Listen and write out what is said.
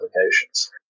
applications